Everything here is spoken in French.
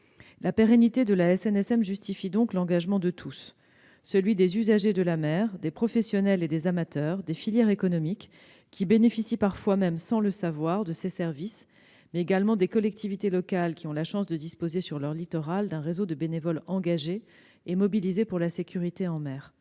La pérennité de la SNSM justifie donc l'engagement de tous : celui des usagers de la mer, des professionnels et des amateurs, des filières économiques qui bénéficient, parfois même sans le savoir, de ses services, mais également celui des collectivités locales qui ont la chance de disposer sur leur littoral d'un réseau de bénévoles engagés et mobilisés pour la sécurité en mer.